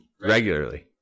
regularly